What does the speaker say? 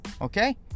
okay